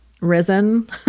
risen